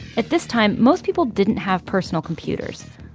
at this time, most people didn't have personal computers.